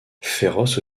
féroce